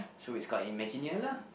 so it's called quite imagineer lah